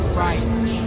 right